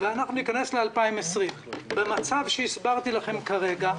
וניכנס ל-2020 במצב שהסברתי לכם כרגע,